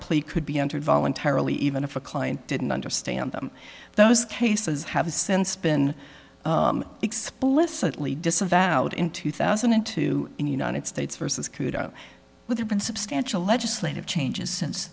plea could be entered voluntarily even if a client didn't understand them those cases have a since been explicitly disavowed in two thousand and two in the united states versus kudo would have been substantial legislative changes since